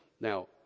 Now